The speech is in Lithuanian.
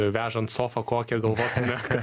vežant sofą kokią galvotume